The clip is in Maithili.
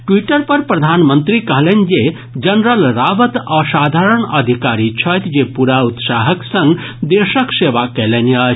ट्विटर पर प्रधानमंत्री कहलनि जे जनरल रावत असाधारण अधिकारी छथि जे पूरा उत्साहक संग देशक सेवा कयलनि अछि